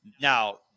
now